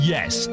Yes